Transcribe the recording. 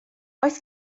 oes